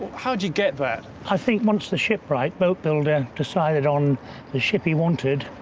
how'd you get that? i think once the shipwright, boat builder, decided on the ship he wanted,